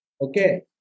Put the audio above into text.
Okay